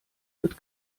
wird